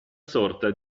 sorta